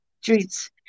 streets